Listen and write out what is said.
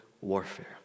warfare